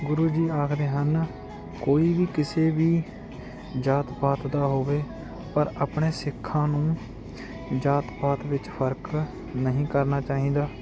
ਗੁਰੂ ਜੀ ਆਖਦੇ ਹਨ ਕੋਈ ਵੀ ਕਿਸੇ ਵੀ ਜਾਤ ਪਾਤ ਦਾ ਹੋਵੇ ਪਰ ਆਪਣੇ ਸਿੱਖਾਂ ਨੂੰ ਜਾਤ ਪਾਤ ਵਿੱਚ ਫਰਕ ਨਹੀਂ ਕਰਨਾ ਚਾਹੀਦਾ